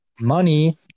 money